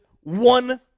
one